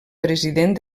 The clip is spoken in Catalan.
president